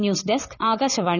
news desk Akashvani